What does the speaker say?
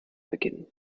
beginnen